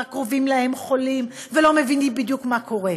הקרובים להם חולים ולא מבינים בדיוק מה קורה.